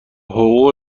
حقوق